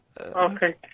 Okay